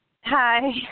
hi